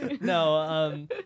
No